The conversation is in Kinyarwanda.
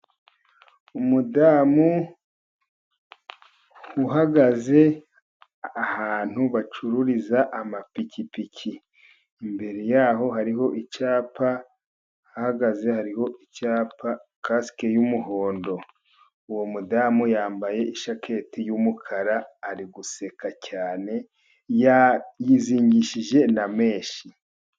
Umudamu uhagaze ahantu bacururiza amapikipiki, imbere ya ho hariho icyapa. Hahagaze hariho icyapa kasike y'umuhondo, uwo mudamu yambaye ijaketi y'umukara ari guseka cyane, yizingishije na menshi.